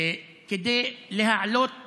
כדי להעלות